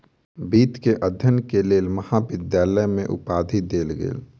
वित्त के अध्ययन के लेल महाविद्यालय में उपाधि देल गेल